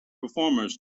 performers